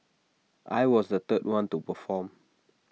I was the third one to perform